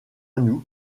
nous